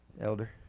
Elder